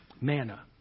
manna